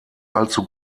allzu